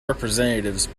representatives